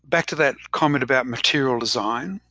back to that comment about material design,